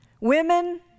Women